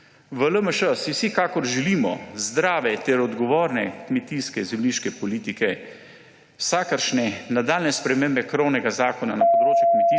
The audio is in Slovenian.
V LMŠ si vsekakor želimo zdrave ter odgovorne kmetijske zemljiške politike. Vsake nadaljnje spremembe krovnega zakona na področju kmetijstva